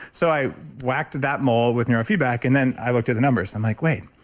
so i whacked that mole with neurofeedback. and then i looked at the numbers, i'm like, wait,